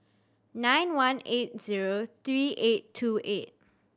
nine one eight zero three eight two eight